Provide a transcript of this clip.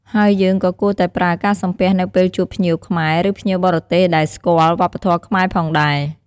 ហើយយើងក៏គួរតែប្រើការសំពះនៅពេលជួបភ្ញៀវខ្មែរ ឬភ្ញៀវបរទេសដែលស្គាល់វប្បធម៌ខ្មែរផងដែរ។